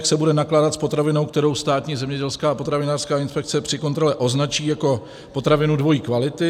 Jak se bude nakládat s potravinou, kterou Státní zemědělská a potravinářská inspekce při kontrole označí jako potravinu dvojí kvality.